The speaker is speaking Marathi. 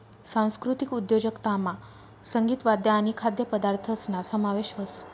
सांस्कृतिक उद्योजकतामा संगीत, वाद्य आणि खाद्यपदार्थसना समावेश व्हस